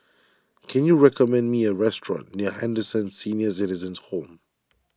can you recommend me a restaurant near Henderson Senior Citizens' Home